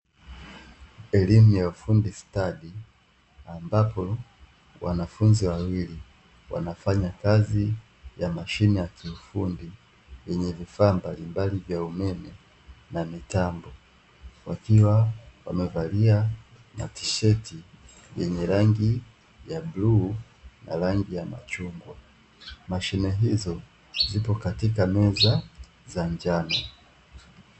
Elimu ya ufundistadi, ambapo wanafunzi wawili wanafanya kazi ya mashine ya kiufundi yenye vifaa mbalimbali vya umeme na mitambo. Wakiwa wamevalia matisheti yenye rangi ya bluu na rangi ya machungwa. Mashine hizo zipo katika meza za njano.